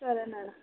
సరే మేడం